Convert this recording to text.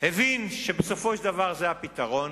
הבין שבסופו של דבר זה הפתרון,